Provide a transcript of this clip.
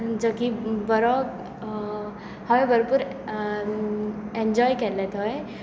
जो की बरो हांवें भरपूर एनजॉय केल्लें थंय